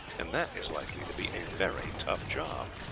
and that is likely to be a very tough job.